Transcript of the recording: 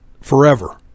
forever